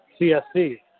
CSC